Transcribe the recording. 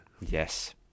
Yes